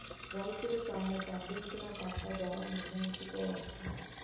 రైతులు తాము పండించిన పంట ధర నిర్ణయించుకోవచ్చా?